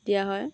দিয়া হয়